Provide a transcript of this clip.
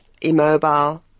immobile